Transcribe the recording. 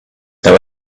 know